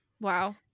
wow